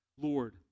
Lord